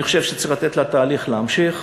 אני חושב שצריך לתת לתהליך להימשך,